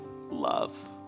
love